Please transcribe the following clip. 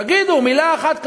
תגידו מילה אחת כזאת,